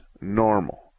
normal